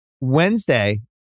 Wednesday